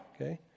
okay